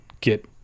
get